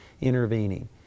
intervening